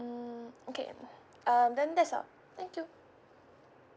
mm okay um then that's all thank you